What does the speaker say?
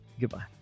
Goodbye